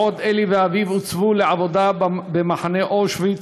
בעוד אלי ואביו הוצבו לעבודה במחנה אושוויץ.